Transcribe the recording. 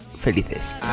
felices